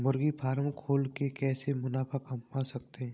मुर्गी फार्म खोल के कैसे मुनाफा कमा सकते हैं?